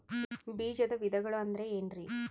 ಬೇಜದ ವಿಧಗಳು ಅಂದ್ರೆ ಏನ್ರಿ?